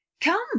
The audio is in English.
Come